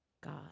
God